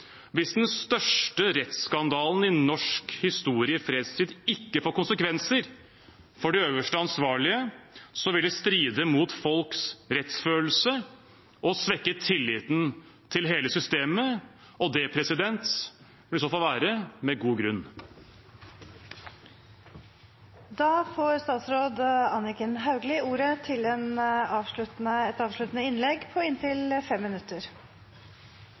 Hvis den største rettsskandalen i norsk historie i fredstid ikke får konsekvenser for de øverst ansvarlige, vil det stride mot folks rettsfølelse og svekke tilliten til hele systemet, og det vil i så fall være med god grunn. Igjen vil jeg takke Stortinget for at jeg så raskt fikk anledning til